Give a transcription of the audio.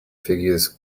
figures